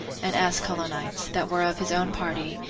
and ascalonites, that were of his own party,